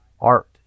art